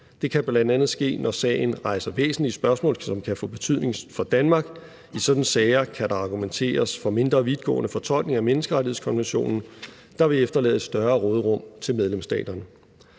Det kan bl.a. ske, når sagen rejser væsentlige spørgsmål, som kan få betydning for Danmark. I sådanne sager kan der argumenteres for mindre vidtgående fortolkninger af menneskerettighedskonventionen, der vil efterlade større råderum til medlemsstaterne.